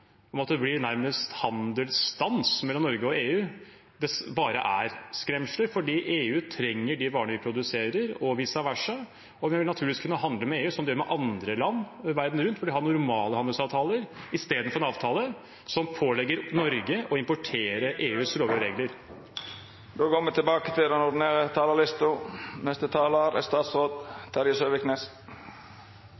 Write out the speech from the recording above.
om at det nærmest blir handelsstans mellom Norge og EU, bare er skremsler. For EU trenger de varene vi produserer, og vice versa, og vi vil naturligvis kunne handle med EU som vi gjør med andre land verden rundt, hvor vi har normale handelsavtaler istedenfor en avtale som pålegger Norge å importere EUs lover og regler. Replikkordskiftet er omme. Vinterens debatt om den